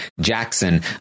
jackson